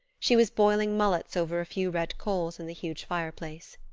she was boiling mullets over a few red coals in the huge fireplace.